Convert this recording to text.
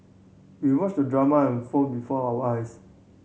we watched the drama unfold before our eyes